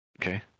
Okay